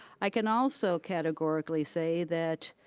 i can also categorically say that